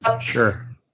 Sure